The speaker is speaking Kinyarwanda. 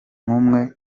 nk’umwe